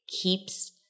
keeps